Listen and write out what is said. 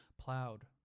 Plowed